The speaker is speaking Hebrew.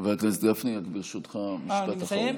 חבר הכנסת גפני, ברשותך, משפט אחרון.